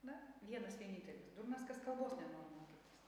na vienas vienintelis durnas kas kalbos nenori mokytis